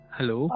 Hello